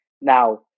Now